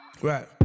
Right